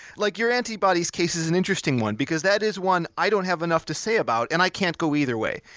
like your antibodies case is an interesting one, because that is one i don't have enough to say about, and i can't go either way.